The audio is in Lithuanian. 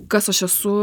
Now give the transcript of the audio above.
kas aš esu